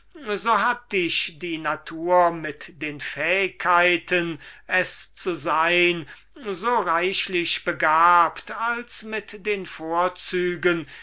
so hat dich die natur mit den fähigkeiten es zu sein so reichlich begabt als mit den vorzügen